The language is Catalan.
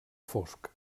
fosc